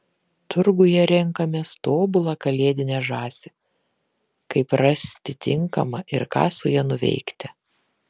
turguje renkamės tobulą kalėdinę žąsį kaip rasti tinkamą ir ką su ja nuveikti